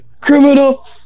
Criminal